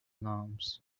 norms